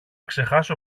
ξεχάσω